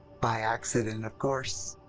by accident, of course.